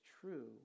true